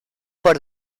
por